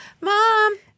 mom